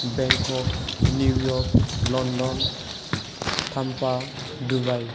Bangkok New York London Tampa Dubai